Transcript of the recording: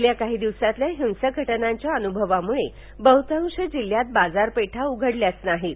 गेल्या काही दिवसांतल्या हिंसक घटनांच्या अनुभवामुळे बहुतांश जिल्ह्यात वाजारपेठा उघडल्याच नाहीत